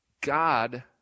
God